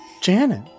Janet